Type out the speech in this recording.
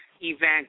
event